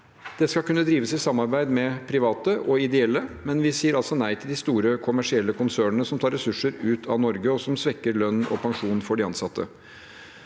Det skal kunne drives i samarbeid med private og ideelle, men vi sier altså nei til de store kommersielle konsernene som tar ressurser ut av Norge, og som svekker lønn og pensjon for de ansatte.